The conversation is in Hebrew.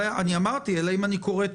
אלא אם אני קורא את